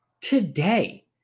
today